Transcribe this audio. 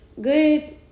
Good